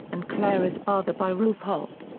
and clara's father by rolf hoppe.